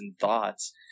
thoughts